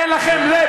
אין לכם לב.